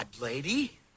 lady